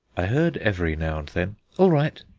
i heard every now and then all right,